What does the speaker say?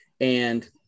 and-